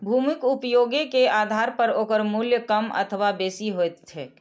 भूमिक उपयोगे के आधार पर ओकर मूल्य कम अथवा बेसी होइत छैक